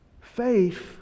Faith